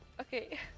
okay